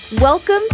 Welcome